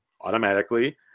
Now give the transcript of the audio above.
automatically